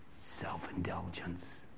Self-indulgence